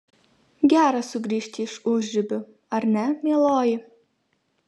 gera sugrįžti iš užribių ar ne mieloji